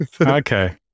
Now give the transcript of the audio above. Okay